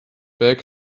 back